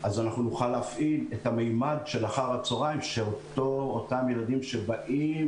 אז אנחנו נוכל להפעיל אחר הצהריים את אותם ילדים שבאים